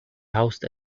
housed